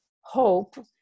hope